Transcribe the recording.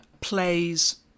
plays